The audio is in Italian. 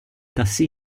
tassì